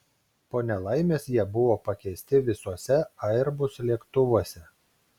po nelaimės jie buvo pakeisti visuose airbus lėktuvuose